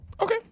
Okay